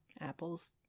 apple's